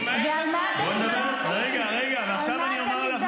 אתה מדבר על הערכים.